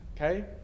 okay